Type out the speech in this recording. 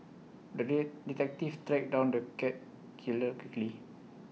the day detective tracked down the cat killer quickly